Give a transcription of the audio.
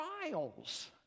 trials